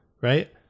Right